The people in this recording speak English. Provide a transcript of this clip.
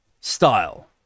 style